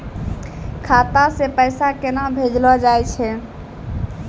खाता से पैसा केना भेजलो जाय छै?